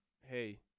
hey